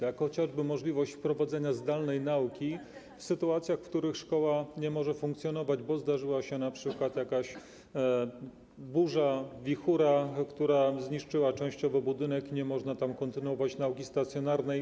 Chodzi tu chociażby o możliwość wprowadzenia zdalnej nauki w sytuacjach, w których szkoła nie może funkcjonować, bo zdarzyła np. jakaś burza, wichura, która zniszczyła częściowo budynek, i nie można tam kontynuować nauki stacjonarnej.